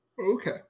Okay